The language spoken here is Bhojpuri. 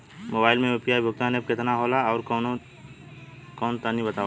मोबाइल म यू.पी.आई भुगतान एप केतना होला आउरकौन कौन तनि बतावा?